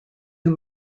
who